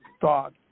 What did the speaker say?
thought